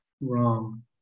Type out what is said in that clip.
Wrong